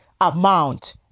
amount